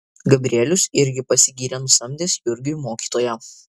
gabrielius irgi pasigyrė nusamdęs jurgiui mokytoją